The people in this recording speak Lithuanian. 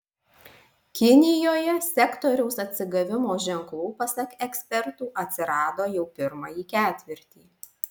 kinijoje sektoriaus atsigavimo ženklų pasak ekspertų atsirado jau pirmąjį ketvirtį